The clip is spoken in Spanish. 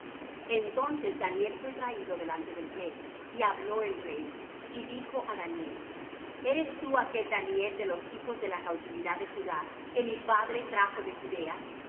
entonces daniel fué traído delante del rey y habló el rey y dijo á daniel eres tú aquel daniel de los hijos de la cautividad de judá que mi padre trajo de judea